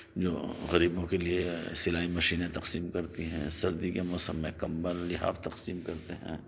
جو غریبوں کے لیے سلائی مشینیں تقسیم کرتی ہیں سردی کے موسم میں کمبل لحاف تقسیم کرتے ہیں